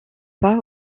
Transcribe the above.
pas